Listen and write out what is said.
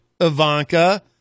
Ivanka